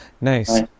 Nice